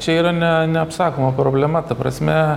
čia yra ne neapsakoma problema ta prasme